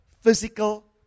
physical